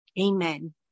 Amen